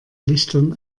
lichtern